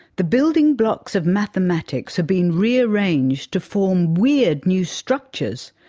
the building blocks of mathematics are being rearranged to form weird new structures.